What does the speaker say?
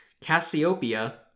Cassiopeia